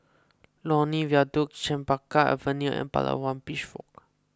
Lornie Viaduct Chempaka Avenue and Palawan Beach Walk